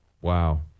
wow